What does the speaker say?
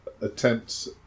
attempts